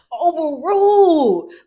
overrule